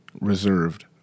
reserved